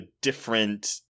different